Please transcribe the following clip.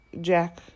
Jack